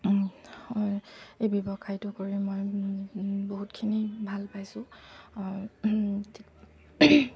এই ব্যৱসায়টো কৰি মই বহুতখিনি ভাল পাইছোঁ